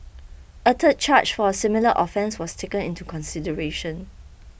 a third charge for a similar offence was taken into consideration